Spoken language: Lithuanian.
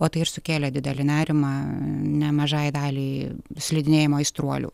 o tai ir sukėlė didelį nerimą nemažai daliai slidinėjimo aistruolių